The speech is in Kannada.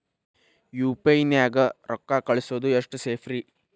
ಯು.ಪಿ.ಐ ನ್ಯಾಗ ರೊಕ್ಕ ಕಳಿಸೋದು ಎಷ್ಟ ಸೇಫ್ ರೇ?